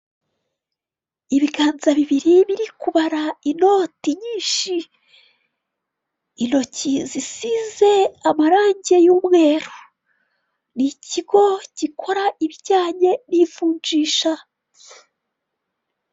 Ibiganza bibiri biri kubara inoti nyinshi, intoki zisize amarange y'umweru n'ikigo gikora ibijyanye n'ivunjisha.